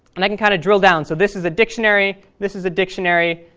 and i can kind of drill down. so this is a dictionary, this is a dictionary,